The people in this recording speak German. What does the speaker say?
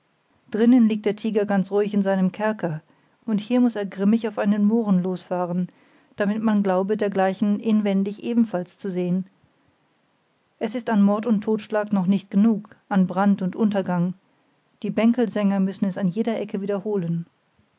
drinnen liegt der tiger ganz ruhig in seinem kerker und hier muß er grimmig auf einen mohren losfahren damit man glaube dergleichen inwendig ebenfalls zu sehen es ist an mord und totschlag noch nicht genug an brand und untergang die bänkelsänger müssen es an jeder ecke wiederholen